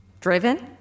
Driven